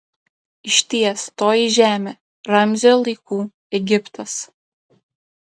išties toji žemė ramzio laikų egiptas